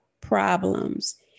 problems